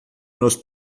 nos